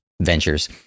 ventures